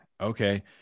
Okay